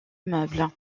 meuble